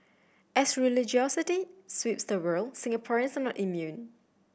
as religiosity sweeps the world Singaporeans are not immune